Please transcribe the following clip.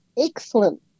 excellent